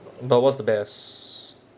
but what's the best